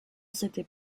cette